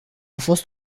fost